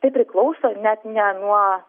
tai priklauso net ne nuo